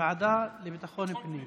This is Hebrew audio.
בוועדת ביטחון הפנים.